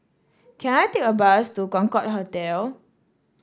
can I take a bus to Concorde Hotel